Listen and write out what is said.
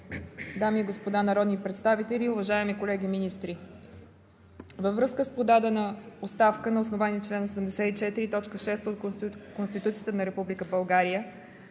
дами и господа народни представители, уважаеми колеги министри! Във връзка с подадена оставка на основание чл. 84, т. 6 от Конституцията на